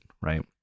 right